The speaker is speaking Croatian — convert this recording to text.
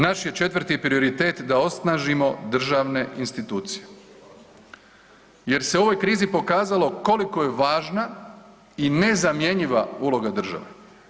Naš je 4. prioritet da osnažimo državne institucije jer se u ovoj krizi pokazalo koliko je važna i nezamjenjiva uloga države.